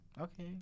okay